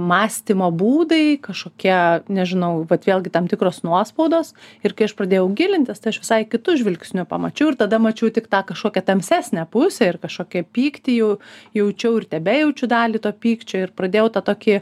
mąstymo būdai kašokie nežinau vat vėlgi tam tikros nuospaudos ir kai aš pradėjau gilintis tai aš visai kitu žvilgsniu pamačiau ir tada mačiau tik tą kašokią tamsesnę pusę ir kašokį pyktį jau jaučiau ir tebejaučiau dalį to pykčio ir pradėjau tą tokie